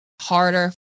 harder